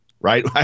right